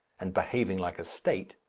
and behaving like a state,